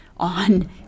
on